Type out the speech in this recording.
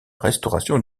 restauration